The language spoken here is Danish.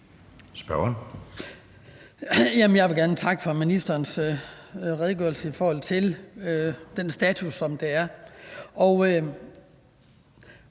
Jeg vil gerne takke for ministerens redegørelse i forhold til den status, der er.